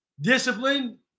discipline